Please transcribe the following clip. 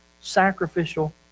sacrificial